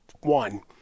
one